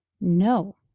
No